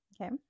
okay